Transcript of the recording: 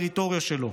מה הטריטוריה שלו,